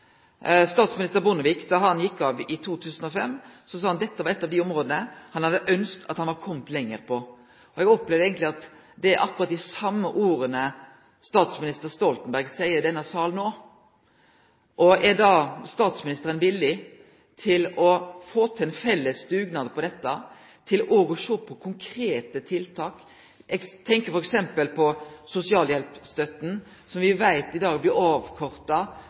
dette var eit av dei områda han hadde ønskt at han var komen lenger på. Eg opplever eigentleg at det er akkurat dei same orda statsminister Stoltenberg seier i denne salen no. Er da statsministeren villig til å få til ein felles dugnad på dette området og sjå på konkrete tiltak? Eg tenkjer f.eks. på sosialhjelpa, som me veit i dag blir